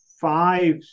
five